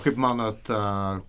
kaip manote ar